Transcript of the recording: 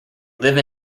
live